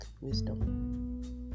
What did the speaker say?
wisdom